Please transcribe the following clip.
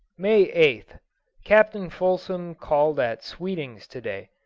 may eighth captain fulsom called at sweeting's to-day.